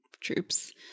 troops